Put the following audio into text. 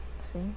See